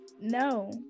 No